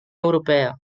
europea